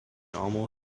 almost